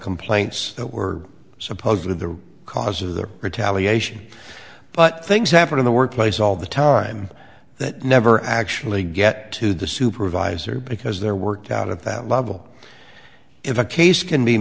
complaints that were supposed to the cause of the retaliation but things happen in the workplace all the time that never actually get to the supervisor because they're worked out of that level if a case can be